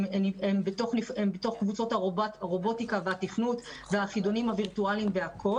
הן בתוך קבוצות הרובוטיקה והתכנות והחידונים הווירטואליים והכול.